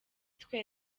twe